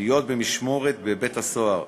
במשמורת בבית-הסוהר,